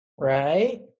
Right